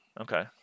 Okay